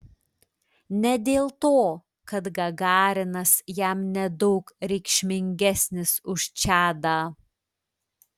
ne dėl to kad gagarinas jam nedaug reikšmingesnis už čadą